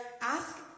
ask